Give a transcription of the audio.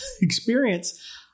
experience –